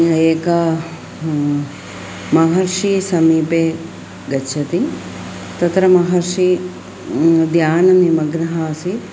एकः महर्षिणः समीपे गच्छति तत्र महर्षिः ध्याननिमग्नः आसीत्